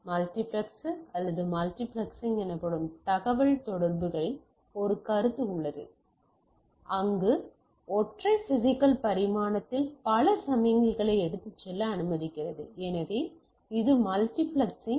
multiplexer அல்லது multiplexing எனப்படும் தகவல்தொடர்புகளில் ஒரு கருத்து உள்ளது அங்கு ஒரு ஒற்றை பிசிக்கல் பரிமாணத்தில் பல சமிக்ஞைகளை எடுத்துச் செல்ல அனுமதிக்கிறது எனவே இது மல்டிபிளெக்சிங்